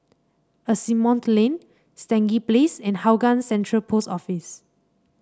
Asimont Lane Stangee Place and Hougang Central Post Office